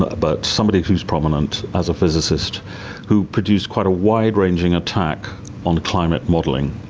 ah but somebody who is prominent as a physicist who produced quite a wide-ranging attack on climate modelling.